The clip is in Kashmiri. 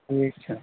ٹھیٖک چھُ